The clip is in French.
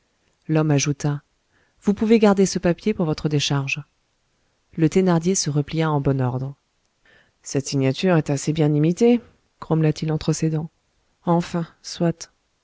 l'homme ajouta vous pouvez garder ce papier pour votre décharge le thénardier se replia en bon ordre cette signature est assez bien imitée grommela-t-il entre ses dents enfin soit